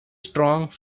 strong